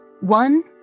One